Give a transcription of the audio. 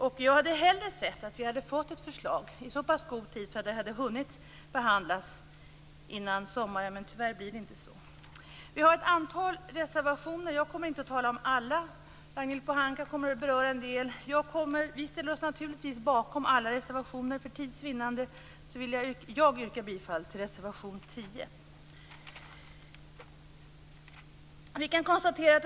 Vi hade hellre sett att vi fick ett förslag i så god tid att vi hann behandla det före sommaren. Tyvärr blir det inte så. Vi i Miljöpartiet har ett antal reservationer. Jag skall inte tala om alla. Ragnhild Pohanka kommer att beröra en del av dem. Naturligtvis stöder vi alla reservationer men för tids vinnande yrkar jag bifall till reservation 10.